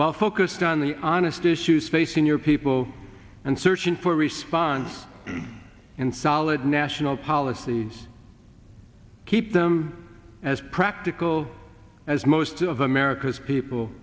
while focused on the honest issues facing your people and searching for a response and solid national policies keep them as practical as most of america's people